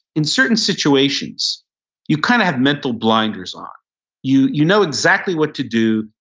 in certain situations you kind of have mental blinders on you. you know exactly what to do.